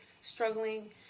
struggling